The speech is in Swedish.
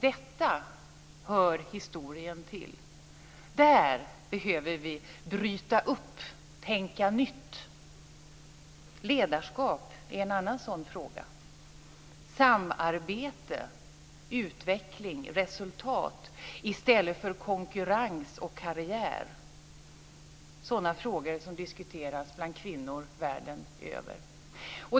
Detta hör historien till. Där behöver vi bryta upp, tänka nytt. Ledarskap är en annan sådan fråga. Samarbete, utveckling, resultat i stället för konkurrens och karriär är sådana frågor om diskuteras bland kvinnor världen över.